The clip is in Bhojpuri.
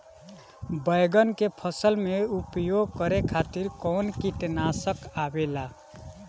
बैंगन के फसल में उपयोग करे खातिर कउन कीटनाशक आवेला?